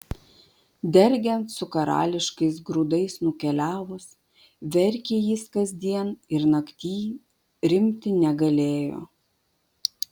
dergiant su karališkais grūdais nukeliavus verkė jis kasdien ir naktyj rimti negalėjo